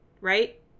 right